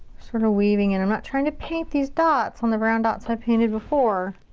sort of weaving in. i'm not trying to paint these dots on the brown dots i painted before.